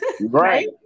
Right